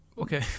Okay